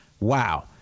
wow